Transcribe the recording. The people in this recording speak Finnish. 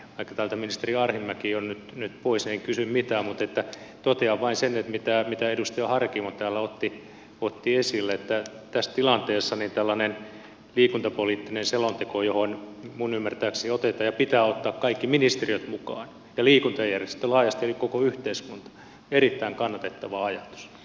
vaikka täältä ministeri arhinmäki on nyt pois en kysy mitään mutta totean vain sen mitä edustaja harkimo täällä otti esille että tässä tilanteessa tällainen liikuntapoliittinen selonteko johon minun ymmärtääkseni otetaan ja pitää ottaa kaikki ministeriöt mukaan ja liikuntajärjestöt laajasti eli koko yhteiskunta on erittäin kannatettava ajatus